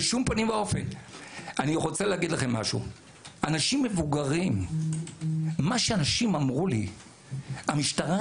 אני רוצה להגיד לכם: מה שאנשים מבוגרים אמרו לי: המשטרה,